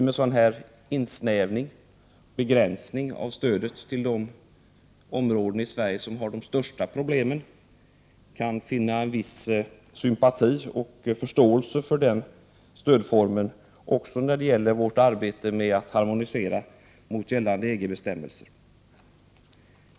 Med denna begränsning av stödet till dessa områden kan vi nog vinna en viss sympati och förståelse för den stödformen också när det gäller vårt arbete med att harmonisera mot gällande EG-bestämmelser.